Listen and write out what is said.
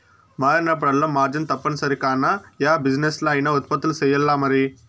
మారినప్పుడల్లా మార్జిన్ తప్పనిసరి కాన, యా బిజినెస్లా అయినా ఉత్పత్తులు సెయ్యాల్లమరి